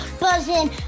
buzzing